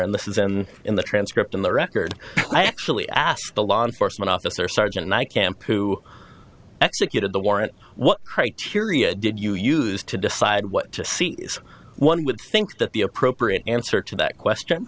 and this isn't in the transcript in the record i actually asked the law enforcement officer sergeant my camp who executed the warrant what criteria did you use to decide what one would think that the appropriate answer to that question